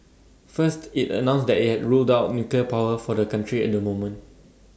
first IT announced that IT had ruled out nuclear power for the country at the moment